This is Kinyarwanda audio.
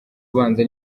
ubanza